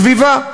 סביבה.